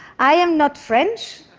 i am not french.